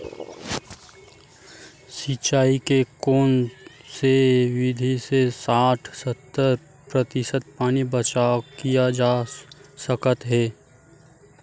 सिंचाई के कोन से विधि से साठ सत्तर प्रतिशत पानी बचाव किया जा सकत हे?